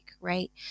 right